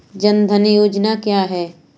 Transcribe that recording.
जनधन योजना क्या है?